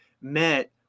met